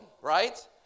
right